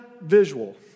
visual